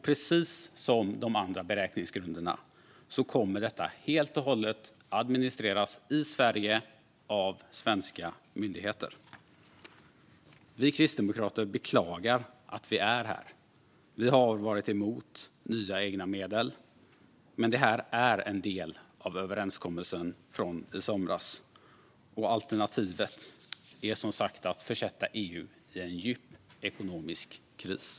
Precis som de andra beräkningsgrunderna kommer detta helt och hållet att administreras i Sverige av svenska myndigheter. Vi kristdemokrater beklagar att vi är här. Vi har varit emot nya egna medel, men det här är en del av överenskommelsen från i somras. Alternativet är som sagt att försätta EU i en djup ekonomisk kris.